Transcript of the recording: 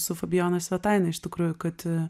su fabijono svetaine iš tikrųjų kad